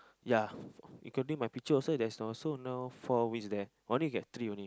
ya including my picture also there's also no four wheels there only get three only